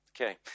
Okay